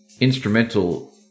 instrumental